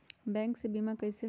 Bank से बिमा कईसे होई?